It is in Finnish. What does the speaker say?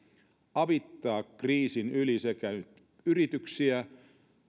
avittaa kriisin yli nyt yrityksiä